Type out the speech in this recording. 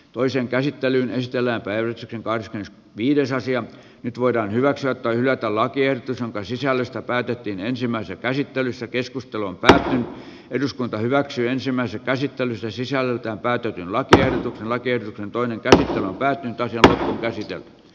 toisen käsittelyn estä läpeensäkin kanssa viides nyt voidaan hyväksyä tai hylätä lakiehdotus jonka sisällöstä päätettiin ensimmäisessä käsittelyssä keskustelun pelätään eduskunta hyväksyi ensimmäisen käsittelyssä sisällöltään päätyikin katri läike toinen käsi hiukka ja käsi ja